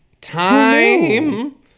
time